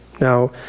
Now